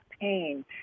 pain